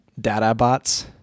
DataBots